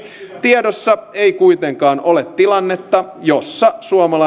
tiedossa ei kuitenkaan ole tilannetta jossa suomalainen